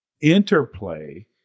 interplay